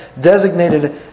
designated